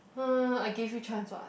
uh I give you chance [what]